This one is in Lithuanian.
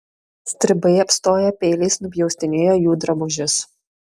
stribai apstoję peiliais nupjaustinėjo jų drabužius